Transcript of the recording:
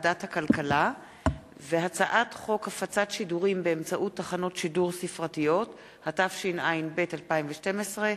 תועבר לוועדת הכלכלה להמשך הדיון בה והכנתה לקריאה שנייה וקריאה שלישית.